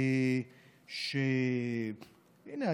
הינה,